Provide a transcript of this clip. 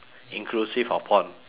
inclusive of porn